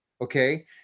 Okay